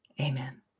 Amen